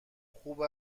خوب